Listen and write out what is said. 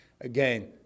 again